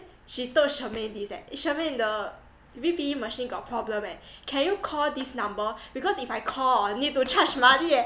she told chermaine this that chermaine the V_P_E machine got problem eh can you call this number because if I call oh need to charge money eh